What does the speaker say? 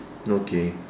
okay